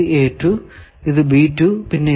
ഇത് പിന്നെ ഇത്